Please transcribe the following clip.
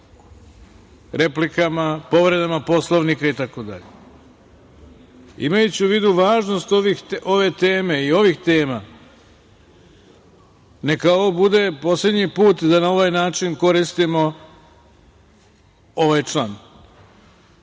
replikama, povredama Poslovnika itd. Imajući u vidu važnost ove teme i ovih tema, neka ovo bude poslednji put da na ovaj način koristimo ovaj član,